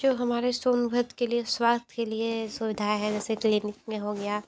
जो हमारे सोनभद्र के लिए स्वास्थ्य के लिए सुविधाएँ है जैसे क्लीनिक में हो गया